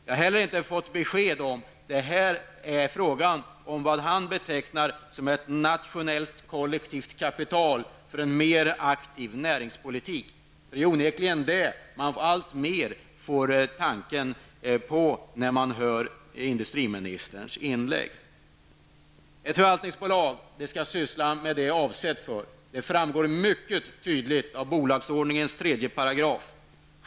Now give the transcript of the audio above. Jag har inte heller fått besked om vad industriministern betecknar som ett nationellt, kollektivt kapital för en mer aktiv näringspolitik. Det är onekligen det tankarna går till när man hör industriministerns inlägg. Ett förvaltningsbolag skall syssla med det som bolaget är avsett för. Det framgår mycket tydligt av 3 § bolagsordningen.